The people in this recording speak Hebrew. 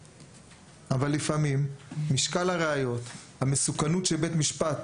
לפעמים משקל הראיות, המסוכנות שבית משפט